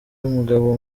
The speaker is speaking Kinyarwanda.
umugabo